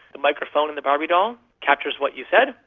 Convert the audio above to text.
the microphone in the barbie doll captures what you said,